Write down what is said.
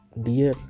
dear